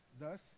Thus